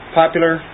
popular